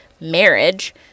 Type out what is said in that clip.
marriage